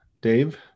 Dave